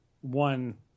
one